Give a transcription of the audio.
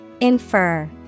Infer